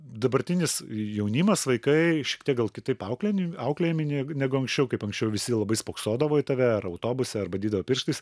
dabartinis jaunimas vaikai šiek tiek gal kitaip auklėjin auklėjami nei negu anksčiau kaip anksčiau visi labai spoksodavo į tave ar autobuse ar badydavo pirštais